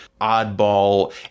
oddball